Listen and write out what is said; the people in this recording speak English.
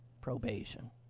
probation